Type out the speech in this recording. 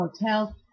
hotels